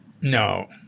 No